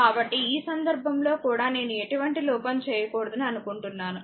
కాబట్టి ఈ సందర్భంలో కూడా నేను ఎటువంటి లోపం చేయకూడదని అనుకుంటున్నాను